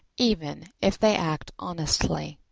even if they act honestly.